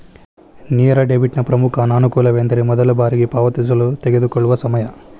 ನೇರ ಡೆಬಿಟ್ನ ಪ್ರಮುಖ ಅನಾನುಕೂಲವೆಂದರೆ ಮೊದಲ ಬಾರಿಗೆ ಪಾವತಿಸಲು ತೆಗೆದುಕೊಳ್ಳುವ ಸಮಯ